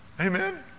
Amen